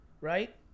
right